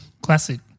Classic